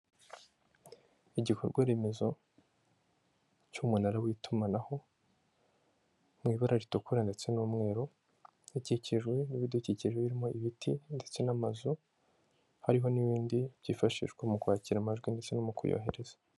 Igikorwa remezo cy'umunara w'itumanaho, mu ibara ritukura ndetse n'umweru, ukikijwe n'ibidukikije birimo ibiti ndetse n'amazu, hariho n'ibindi byifashishwa mu kwakira amajwi ndetse no mu kuyohereza.